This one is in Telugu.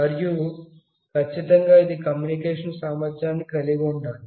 మరియు ఖచ్చితంగా ఇది కమ్యూనికేషన్ సామర్థ్యాన్ని కలిగి ఉండాలి